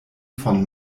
von